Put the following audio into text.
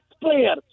player